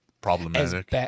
problematic